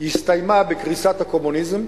הסתיימה בקריסת הקומוניזם,